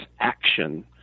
action